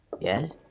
Yes